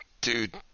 dude